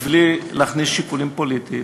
מבלי להכניס שיקולים פוליטיים,